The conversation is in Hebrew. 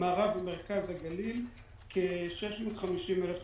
מערב ומרכז הגליל, כ-650,000 תושבים.